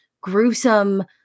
gruesome